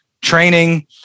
training